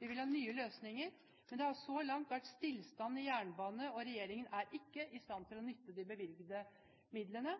vi vil ha nye løsninger, men det har så langt vært stillstand for jernbanen, og regjeringen er ikke i stand til å nytte de bevilgede midlene.